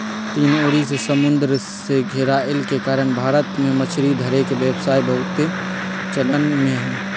तीन ओरी से समुन्दर से घेरायल के कारण भारत में मछरी धरे के व्यवसाय बहुते चलन में हइ